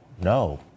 no